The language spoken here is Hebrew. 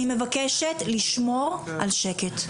אני מבקשת לשמור על השקט.